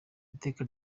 iteka